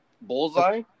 Bullseye